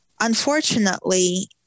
unfortunately